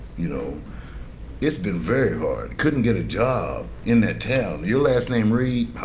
you know it's been very hard. couldn't get a job in that town. your last name reed,